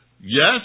yes